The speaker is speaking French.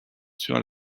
sur